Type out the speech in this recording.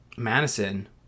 madison